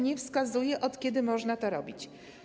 Nie wskazano, od kiedy można to robić.